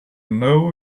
know